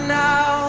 now